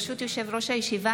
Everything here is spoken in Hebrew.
ברשות יושב-ראש הישיבה,